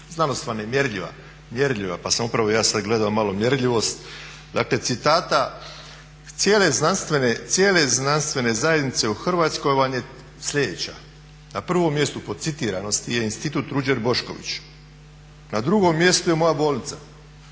znanost vam je mjerljiva pa sam upravo ja sad gledao malo mjerljivost. Dakle, citata cijele znanstvene zajednice u Hrvatskoj vam je sljedeća: na prvom mjestu po citiranosti je Institut "Ruđer Bošković", na drugom mjestu je moja bolnica